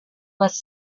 was